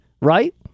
right